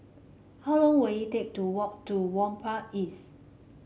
how long will it take to walk to Whampoa East